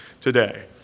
today